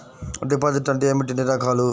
Deposit అంటే ఏమిటీ ఎన్ని రకాలు?